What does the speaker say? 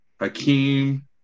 Hakeem